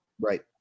right